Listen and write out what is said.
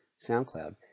SoundCloud